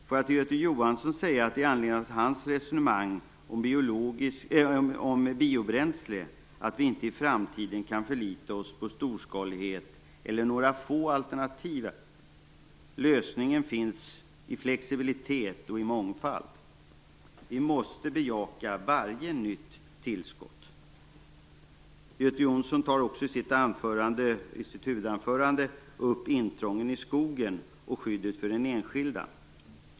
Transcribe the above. Med anledning av Göte Jonssons resonemang om biobränsle vill jag säga att vi i framtiden inte kan förlita oss på storskalighet eller på några få alternativ. Lösningen finns i flexibilitet och i mångfald. Vi måste bejaka varje nytt tillskott. I sitt huvudanförande tar Göte Jonsson också upp intrången i skogen och skyddet för den enskilda.